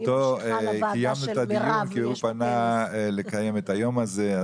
קיימנו את הדיון כי הוא פנה לקיים את הדיון הזה,